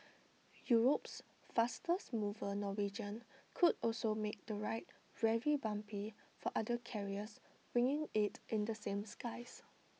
Europe's fastest mover Norwegian could also make the ride very bumpy for other carriers winging IT in the same skies